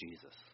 Jesus